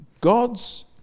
God's